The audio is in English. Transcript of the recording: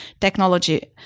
technology